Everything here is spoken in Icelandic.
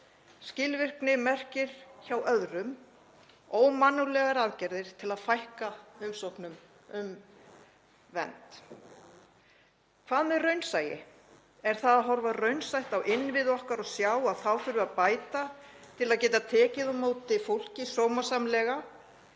Skilvirkni merkir hjá öðrum ómannúðlegar aðgerðir til að fækka umsóknum um vernd. Hvað með raunsæi, er það að horfa raunsætt á innviði okkar og sjá að þá þurfi að bæta til að geta tekið á móti fólki sómasamlega